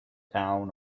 town